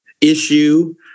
issue